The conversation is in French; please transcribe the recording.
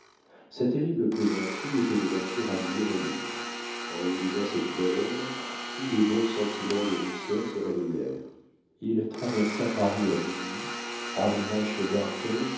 sa terrible plaisanterie était de nature à nuire au livre en relisant cette belle œuvre tous les bons sentiments de lucien se réveillèrent il traversa paris à minuit arriva chez d'arthez